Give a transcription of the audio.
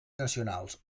nacionals